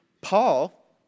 Paul